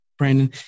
Brandon